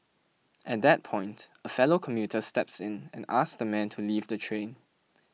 at that point a fellow commuter steps in and asks the man to leave the train